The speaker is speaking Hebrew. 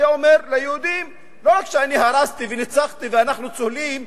היה אומר ליהודים: לא רק שאני הרסתי וניצחתי ואנחנו צוהלים,